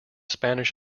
spanish